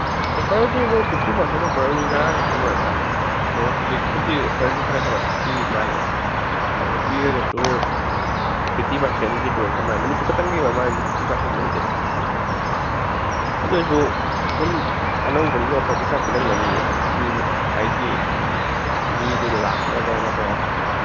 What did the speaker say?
ꯑꯣꯐꯔꯗꯤ ꯃꯣꯏ fifty percent ꯑꯣꯐꯔꯗꯨꯗꯤ ꯉꯔꯥꯡꯈꯛꯇꯪ ꯑꯣꯏꯔ ꯃꯥꯜꯂꯦ ꯑꯗꯨ ꯍꯧꯖꯤꯛꯄꯨꯗꯤ ꯑꯣꯐꯔꯁꯨ ꯈꯔ ꯈꯔꯕꯨꯗꯤ ꯄꯤꯔꯤ ꯃꯥꯜꯂꯦ ꯑꯗꯨ ꯄꯤꯔꯒꯁꯨ ꯐꯤꯐꯇꯤ ꯄꯥꯥꯔꯁꯦꯟꯗꯨꯗꯤ ꯂꯣꯏꯒ꯭ꯔ ꯃꯥꯜꯂꯦ ꯅꯨꯃꯤꯠꯇꯨꯈꯛꯇꯪꯒꯤ ꯑꯣꯏꯔ ꯃꯥꯜꯂꯦꯗ ꯐꯤꯐꯇꯤ ꯄꯥꯥꯔꯁꯦꯟꯗꯨꯕꯨꯗꯤ ꯑꯗꯨꯒꯤꯁꯨ ꯑꯗꯨꯝ ꯑꯅꯧꯕꯅꯤꯅ ꯑꯣꯐꯔꯗꯤ ꯈꯔ ꯄꯤꯔꯝꯒꯅꯤꯌꯦ ꯃꯤꯗꯨ ꯍꯥꯏꯗꯤ ꯃꯤꯗꯨ ꯂꯥꯛꯅꯕꯅꯀꯣ